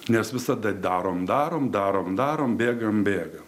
nes visada darom darom darom darom bėgam bėgam